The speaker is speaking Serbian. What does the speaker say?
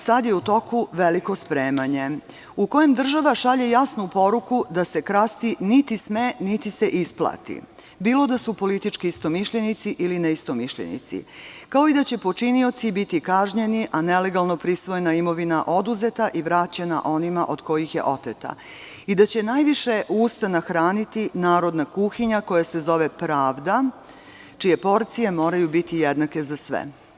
Sada je u toku veliko spremanje u kojem država šalje jasnu poruku da se krasti niti sme, niti se isplati bilo da su politički istomišljenici ili neistomišljenici, kao i da će počinioci biti kažnjeni, a nelegalno prisvojena imovina oduzeta i vraćena onima od kojih je oteta i da će najviše usta nahraniti narodna kuhinja koja se zove pravda čije porcije moraju biti jednake za sve.